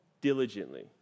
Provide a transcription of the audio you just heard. diligently